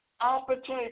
opportunity